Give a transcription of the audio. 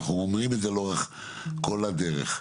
אנחנו אומרים את זה לאורך כל הדרך.